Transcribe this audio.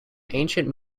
ancient